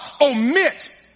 omit